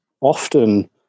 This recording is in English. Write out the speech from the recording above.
often